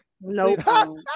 Nope